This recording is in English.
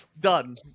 Done